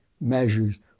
measures